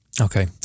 Okay